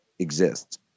exists